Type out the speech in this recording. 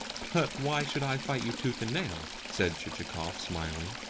but why should i fight you tooth and nail? said chichikov, smiling.